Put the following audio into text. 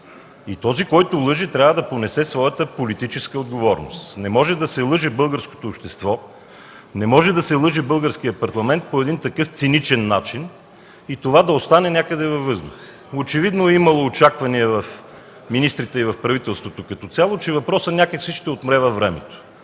И този, който лъже, трябва да понесе своята политическа отговорност. Не може да се лъже българското общество, не може да се лъже българският парламент по един такъв циничен начин и това да остане някъде във въздуха. Очевидно е имало очаквания в министрите и в правителството като цяло, че въпросът някак си ще отмре във времето.